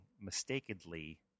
mistakenly –